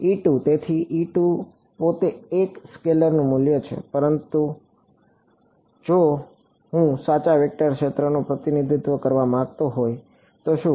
તેથી પોતે એક સ્કેલરનું મૂલ્ય છે પરંતુ જો હું સાચા વેક્ટર ક્ષેત્રનું પ્રતિનિધિત્વ કરવા માંગતો હોય તો શું